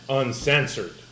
uncensored